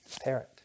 parent